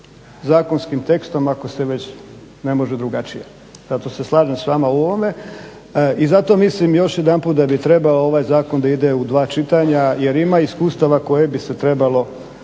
zakonskim tekstom ako se već ne može drugačije. Zato se slažem s vama u ovome i zato mislim još jedanput da bi trebao ovaj zakon da ide u dva čitanja jer ima iskustava koje bi se u